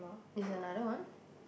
it's another one